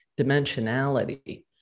dimensionality